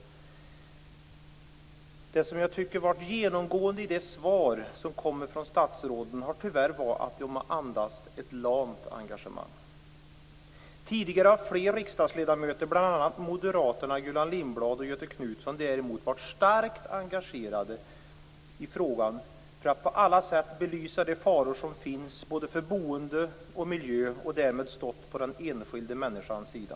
Det som jag tycker har varit genomgående i de svar som kommit från statsråden är att de tyvärr har andats ett lamt engagemang. Tidigare har flera riksdagsledamöter, bl.a. moderaterna Gullan Lindblad och Göthe Knutson, däremot varit starkt engagerade i frågan och på alla sätt belyst de faror som finns för både boende och miljö och därmed stått på den enskilde människans sida.